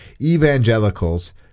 evangelicals